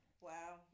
Wow